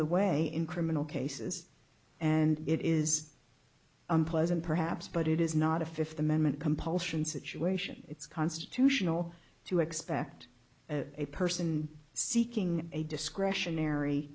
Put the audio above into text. the way in criminal cases and it is unpleasant perhaps but it is not a fifth amendment compulsion situation it's constitutional to expect a person seeking a discretionary